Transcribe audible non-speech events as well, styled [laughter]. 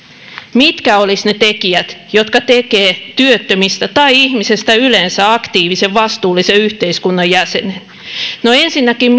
mitkä olisivat ne tekijät jotka tekevät työttömästä tai ihmisestä yleensä aktiivisen vastuullisen yhteiskunnan jäsenen no ensinnäkin [unintelligible]